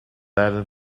laden